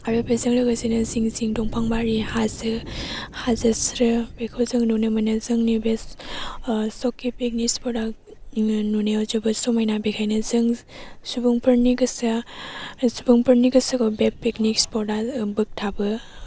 आरो बेजों लोगोसेनो सिं सिं दंफा बारि हाजो हाजोस्रो बेखौ जों नुनो मोनो जोंनि बे सकि पिकनिक स्पट आ नुनायाव जोबोद समायना बेखायनो जों सुबुंफोरनि गोसोआ सुबुंफोरनि गोसोखौ बे पिकनिक स्पट आ बोगथाबो